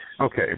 Okay